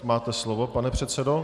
Máte slovo, pane předsedo.